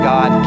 God